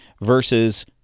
versus